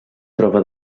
troba